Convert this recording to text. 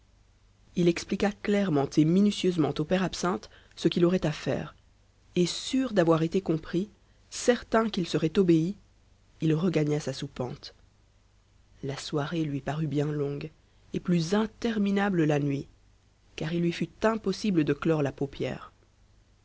il expliqua clairement et minutieusement au père absinthe ce qu'il aurait à faire et sûr d'avoir été compris certain qu'il serait obéi il regagna sa soupente la soirée lui parut bien longue et plus interminable la nuit car il lui fut impossible de clore la paupière